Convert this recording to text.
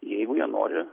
jeigu jie nori